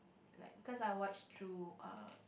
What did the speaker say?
like cause I watch through err